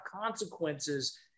consequences